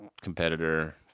competitor